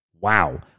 wow